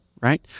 right